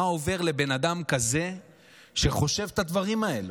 מה עובר על בן אדם כזה שחושב את הדברים האלה?